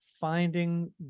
finding